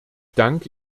danke